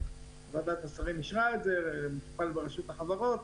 ועדת השרים אישרה את זה, זה מטופל ברשות החברות.